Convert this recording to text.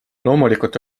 loomulikult